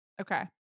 Okay